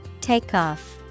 Takeoff